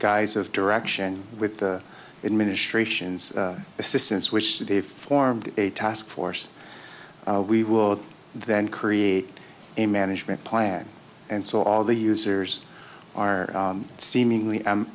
guise of direction with the administration's assistance which they formed a task force we will then create a management plan and so all the users are seemingly